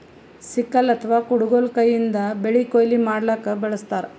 sickle ಅಥವಾ ಕುಡಗೊಲ್ ಕೈಯಿಂದ್ ಬೆಳಿ ಕೊಯ್ಲಿ ಮಾಡ್ಲಕ್ಕ್ ಬಳಸ್ತಾರ್